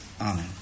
Amen